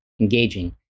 engaging